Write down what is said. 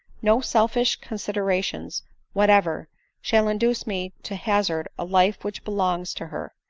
no selfish con sideration whatever shall induce me to hazard a life which belongs to her,